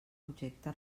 objecte